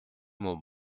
mont